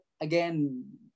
again